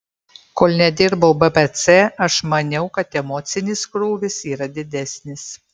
kol nedirbau bpc aš maniau kad emocinis krūvis yra didesnis